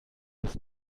bis